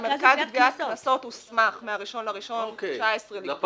המרכז לגביית קנסות הוסמך מה-1.1.2019 לגבות את הקנסות.